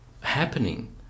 happening